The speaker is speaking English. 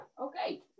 Okay